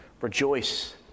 Rejoice